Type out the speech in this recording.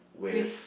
with